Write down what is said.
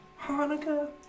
Hanukkah